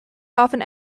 often